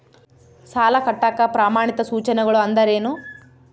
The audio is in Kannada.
ಸಾಲ ಕಟ್ಟಾಕ ಪ್ರಮಾಣಿತ ಸೂಚನೆಗಳು ಅಂದರೇನು?